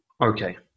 Okay